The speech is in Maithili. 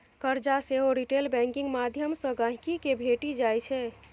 करजा सेहो रिटेल बैंकिंग माध्यमसँ गांहिकी केँ भेटि जाइ छै